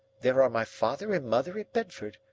there are my father and mother at bedford.